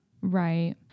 Right